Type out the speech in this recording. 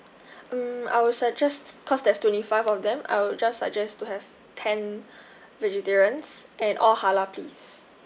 mm I would suggest cause there's twenty five of them I'll just suggest to have ten vegetarians and all halal please